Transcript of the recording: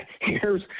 heres